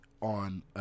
on